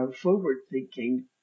forward-thinking